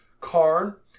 Karn